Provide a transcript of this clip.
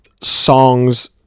songs